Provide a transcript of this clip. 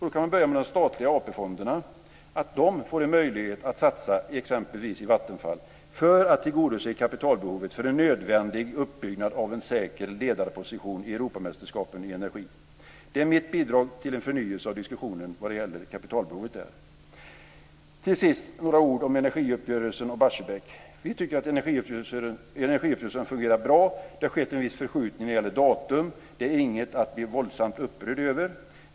Då kan man börja med de statliga AP fonderna. De kan få en möjlighet att satsa exempelvis i Vattenfall för att tillgodose kapitalbehovet för en nödvändig uppbyggnad och en säker ledarposition i Europamästerskapen i energi. Det är mitt bidrag till en förnyelse av diskussionen vad gäller kapitalbehovet. Några ord om energiuppgörelsen och Barsebäck. Vi tycker att energiuppgörelsen fungerat bra. Det har skett en viss förskjutning när det gäller datum. Det är inget att bli våldsamt upprörd över.